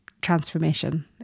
transformation